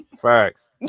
Facts